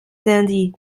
dandy